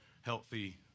healthy